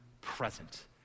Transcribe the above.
present